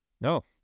No